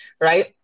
right